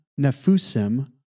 Nefusim